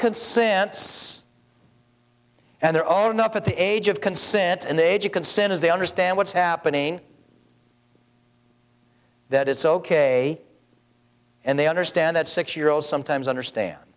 synths and their own up at the age of consent and the age of consent is they understand what's happening that it's ok and they understand that six year olds sometimes understand